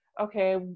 okay